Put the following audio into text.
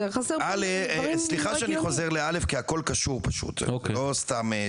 א', סליחה שאני חוזר לא' כי הכל קשור פשוט, בא'